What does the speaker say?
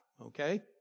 okay